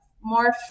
more